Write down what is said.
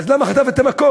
למה הוא חטף את המכות?